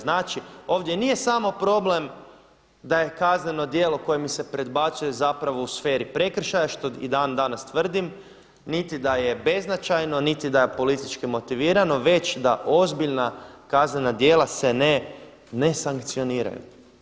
Znači, ovdje nije samo problem da je kazneno djelo koje mi se predbacuje zapravo u sferi prekršaja što i dandanas tvrdim, niti da je beznačajno, niti da politički motivirano, već da ozbiljna kaznena djela se ne sankcioniraju.